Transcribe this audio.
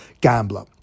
gambler